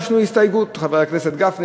חבר הכנסת גפני,